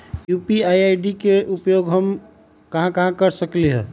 UPI ID के उपयोग हम कहां कहां कर सकली ह?